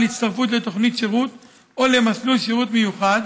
הצטרפות לתוכנית שירות או למסלול שירות מיוחד,